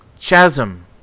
Chasm